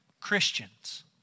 Christians